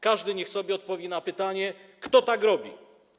Każdy niech sobie odpowie na pytanie, kto tak robi.